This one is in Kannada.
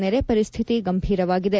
ನೆರೆ ಪರಿಸ್ಥಿತಿ ಗಂಭೀರವಾಗಿದೆ